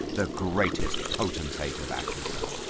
the greatest potentate of africa.